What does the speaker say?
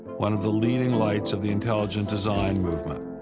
one of the leading lights of the intelligent design movement.